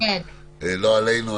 לא עלינו,